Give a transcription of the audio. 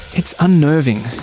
it's unnerving.